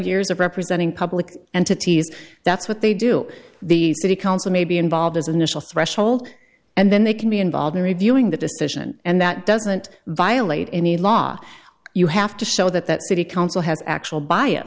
years of representing public entities that's what they do the city council may be involved as an initial threshold and then they can be involved in reviewing the decision and that doesn't violate any law you have to show that that city council has actual b